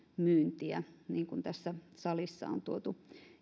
myyntiä niin kuin tässä salissa on tuotu